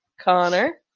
connor